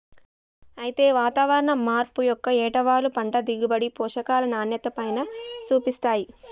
అయితే వాతావరణం మార్పు యొక్క ఏటవాలు పంట దిగుబడి, పోషకాల నాణ్యతపైన సూపిస్తాయి